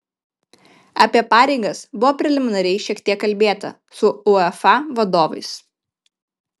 apie pareigas buvo preliminariai šiek tiek kalbėta su uefa vadovais